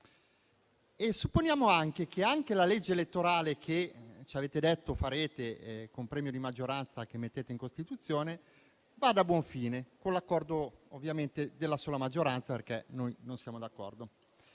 a buon fine e che anche la legge elettorale che ci avete detto approverete con premio di maggioranza che inserirete in Costituzione vada a buon fine, con l'accordo, ovviamente, della sola maggioranza, perché noi non siamo d'accordo.